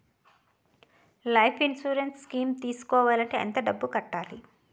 నేను life insurance scheme తీసుకోవాలంటే ఎంత డబ్బు కట్టాలి?